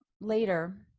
later